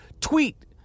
tweet